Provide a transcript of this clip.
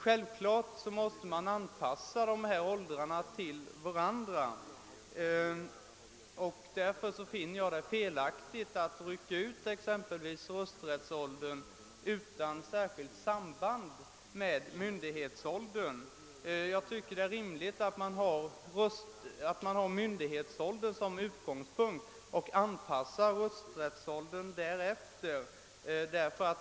Självfallet måste man anpassa dessa åldrar till varandra, och därför finner jag det felaktigt att rycka ut exempelvis rösträttsåldern som om den inte hade något särskilt samband med myndighetsåldern. Det är rimligt att ta myndighetsåldern som utgångspunkt och anpassa rösträttsåldern därefter.